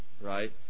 right